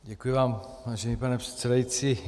Děkuji vám, vážený pane předsedající.